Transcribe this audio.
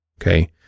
Okay